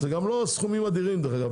זה גם לא סכומים אדירים אגב.